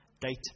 date